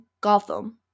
gotham